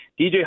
DJ